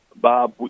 Bob